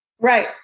Right